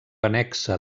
annexa